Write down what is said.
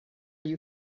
you